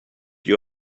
you